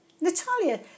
Natalia